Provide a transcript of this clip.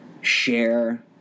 share